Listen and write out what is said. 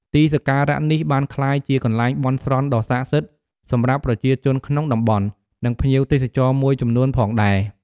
ទីសក្ការៈនេះបានក្លាយជាកន្លែងបន់ស្រន់ដ៏ស័ក្តិសិទ្ធិសម្រាប់ប្រជាជនក្នុងតំបន់ និងភ្ញៀវទេសចរមួយចំនួនផងដែរ។